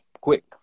quick